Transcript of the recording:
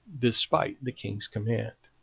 despite the king's command.